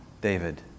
David